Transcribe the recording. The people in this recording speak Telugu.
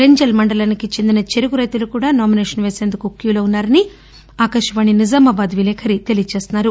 రేంజల్ మండలానికి చెందిన చెరుకు రైతులు కూడా నామినేషన్ వేసేందుకు క్యూలో ఉన్నారని మా నిజామాబాద్ విలేకరి తెలియజేస్తున్నారు